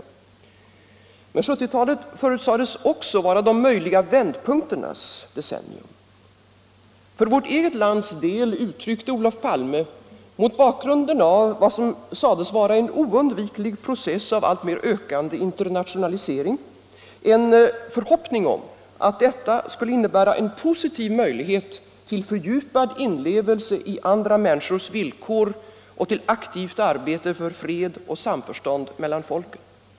Men 1970-talet förutsades också vara de möjliga vändpunkternas decennium. För vårt eget lands del uttryckte Olof Palme, mot bakgrunden av vad som sades vara en oundviklig process av alltmer ökande internationalisering, en förhoppning att detta skulle innebära en positiv möjlighet till fördjupad inlevelse i andra människors villkor och till aktivt arbete för fred och samförstånd mellan folken.